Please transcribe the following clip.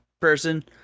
person